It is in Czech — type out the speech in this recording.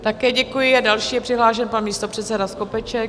Také děkuji a další je přihlášen pan místopředseda Skopeček.